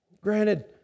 Granted